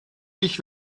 ich